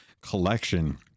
collection